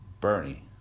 Bernie